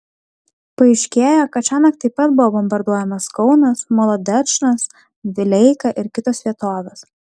paaiškėjo kad šiąnakt taip pat buvo bombarduojamas kaunas molodečnas vileika ir kitos vietovės